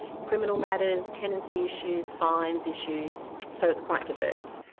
criminal matters, tenancy issues, fines issues, so it's quite diverse.